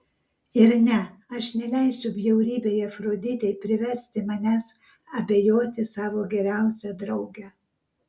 ir ne aš neleisiu bjaurybei afroditei priversti manęs abejoti savo geriausia drauge